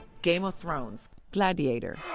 game of thrones, gladiator